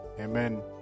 Amen